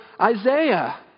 Isaiah